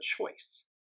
choice